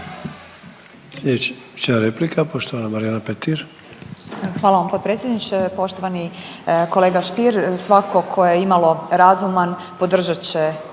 Hvala vam potpredsjedniče. Poštovani kolega Stier, svako ko je imalo razuman podržat će